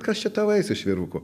kas čia tau eis iš vyrukų